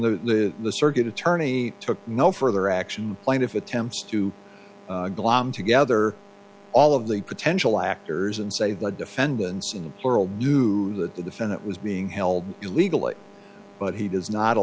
the circuit attorney took no further action plaintiff attempts to glom together all of the potential actors and say the defendants in the world knew that the defendant was being held illegally but he does not a